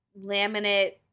laminate